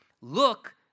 look